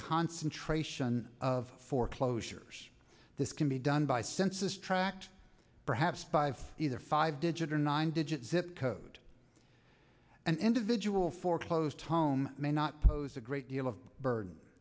concentration of foreclosures this can be done by census tract perhaps by either five digit or nine digit zip code an individual foreclosed home may not pose a great deal of burd